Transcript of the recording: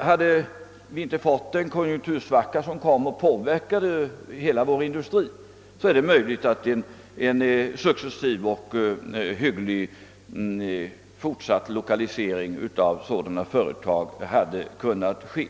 Hade vi inte fått en konjunktursvacka som påverkade hela vår industri är det möjligt att en fortsatt successiv lokalisering av sådana företag kunnat ske.